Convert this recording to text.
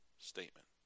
statement